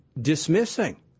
dismissing